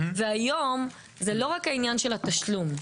והיום זה לא רק העניין של התשלום,